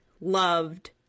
loved